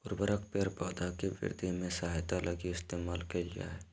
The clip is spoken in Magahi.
उर्वरक पेड़ पौधा के वृद्धि में सहायता लगी इस्तेमाल कइल जा हइ